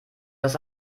das